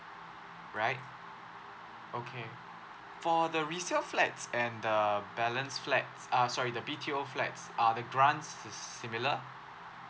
right okay for the resale flats and the balance flats uh sorry the B_T_O flats are the grant is similar